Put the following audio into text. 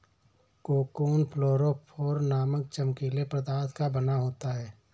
cocoon fluorophore नामक चमकीले पदार्थ का बना होता है